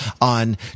on